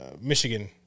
Michigan-